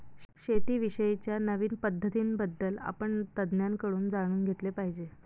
शेती विषयी च्या नवीन पद्धतीं बद्दल आपण तज्ञांकडून जाणून घेतले पाहिजे